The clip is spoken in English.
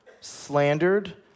slandered